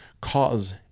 cause